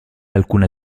alcuna